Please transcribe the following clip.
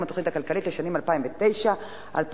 התוכנית הכלכלית לשנים 2009 ו-2010),